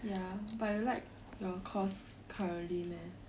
ya but you like your course currently meh